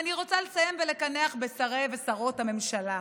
אני רוצה לסיים ולקנח בשרי ושרות הממשלה.